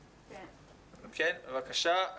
בבקשה.